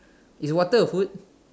is water a food